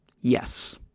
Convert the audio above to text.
Yes